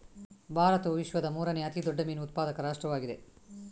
ಭಾರತವು ವಿಶ್ವದ ಮೂರನೇ ಅತಿ ದೊಡ್ಡ ಮೀನು ಉತ್ಪಾದಕ ರಾಷ್ಟ್ರವಾಗಿದೆ